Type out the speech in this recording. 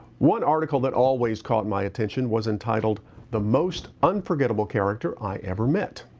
one article that always caught my attention was entitled the most unforgettable character i ever met.